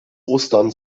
ostern